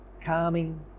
calming